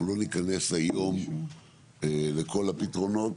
אנחנו לא ניכנס היום לכל הפתרונות,